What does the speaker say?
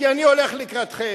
כי אני הולך לקראתכם.